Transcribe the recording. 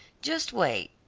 just wait.